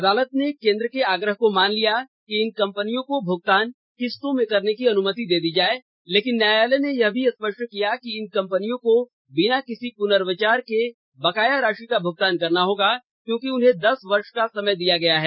अदालत ने केंद्र के आग्रह को मान लिया कि इन कंपनियों को भूगतान किस्तों में करने की अनुमति दे दी जाये लेकिन न्यायालय ने यह भी स्पष्ट किया कि इन कंपनियों को बिना किसी पुनर्विचार के बकाया राशि का भुगतान करना होगा क्योंकि उन्हें दस वर्ष का समय दिया गया है